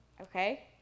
okay